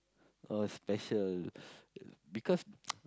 or special because